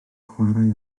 chwarae